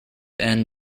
and